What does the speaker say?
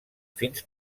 fins